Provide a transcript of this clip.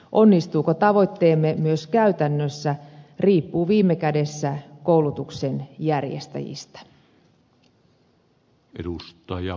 onnistuuko tavoitteemme myös käytännössä riippuu viime kädessä koulutuksen järjestäjistä